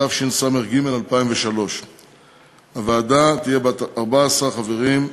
התשס"ג 2003. הוועדה תהיה בת 14 חברים,